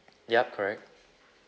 yup correct